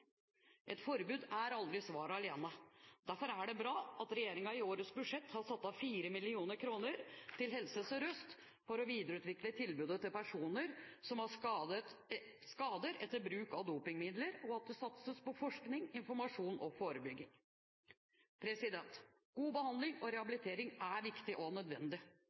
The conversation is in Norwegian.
Et forbud er aldri svaret alene. Derfor er det bra at regjeringen i årets budsjett har satt av 4 mill. kr til Helse Sør-Øst for å videreutvikle tilbudet til personer som har skader etter bruk av dopingmidler, og at det satses på forskning, informasjon og forebygging. God behandling og rehabilitering er viktig og nødvendig